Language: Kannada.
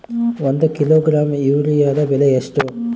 ಒಂದು ಕಿಲೋಗ್ರಾಂ ಯೂರಿಯಾದ ಬೆಲೆ ಎಷ್ಟು?